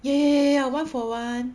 ya ya ya ya one for one